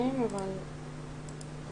אני